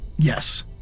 Yes